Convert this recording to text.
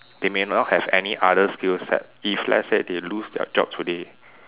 they may not have any other skill set if let's say they lose their job today